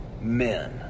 men